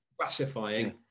classifying